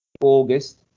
August